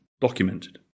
documented